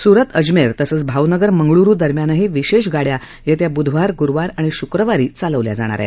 सुरत अजमेर तसंच भावनगर मंगळरु दरम्यानही विशेष गाड़या येत्या ब्धवारग्रुवार आणि शुक्रवारी चालवल्या जाणार आहेत